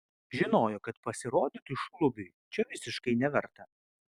žinojo kad pasirodyti šlubiui čia visiškai neverta